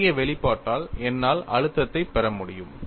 அத்தகைய வெளிப்பாட்டால் என்னால் அழுத்தத்தை பெற முடியும்